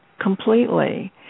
completely